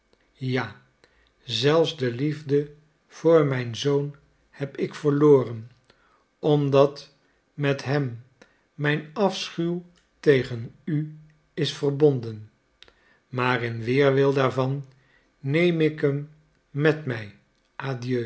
ja zelfs de liefde voor mijn zoon heb ik verloren omdat met hem mijn afschuw tegen u is verbonden maar in weerwil daarvan neem ik hem met mij adieu hij